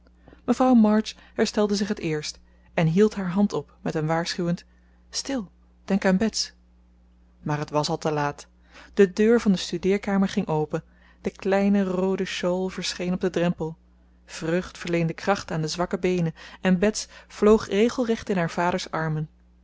mevrouw march herstelde zich het eerst en hield haar hand op met een waarschuwend stil denk aan bets maar het was al te laat de deur van de studeerkamer ging open de kleine roode shawl verscheen op den drempel vreugd verleende kracht aan de zwakke beenen en bets vloog regelrecht in haar vaders armen